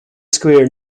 square